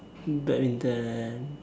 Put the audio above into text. badminton